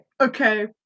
okay